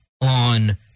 on